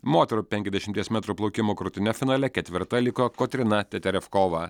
moterų penkiasdešimties metrų plaukimo krūtine finale ketvirta liko kotryna teterefkova